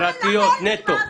כל מנהל כאוות נפשו.